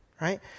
right